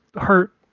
hurt